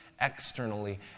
externally